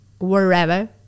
wherever